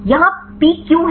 यहां पीक क्यों है